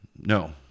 no